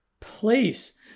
Place